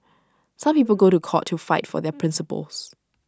some people go to court to fight for their principles